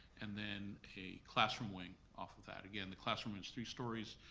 and then a classroom wing off of that. again, the classroom is three stories.